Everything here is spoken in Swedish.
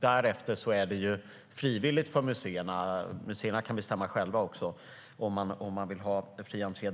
Därutöver är det frivilligt för museerna, som själva kan bestämma om de vill ha fri entré.